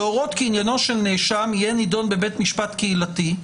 כי עניינו של נאשם יהיה נידון בבית משפט קהילתי,